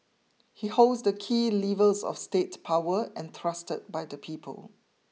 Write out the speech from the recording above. he holds the key levers of state power entrusted by the people